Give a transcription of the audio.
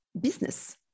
business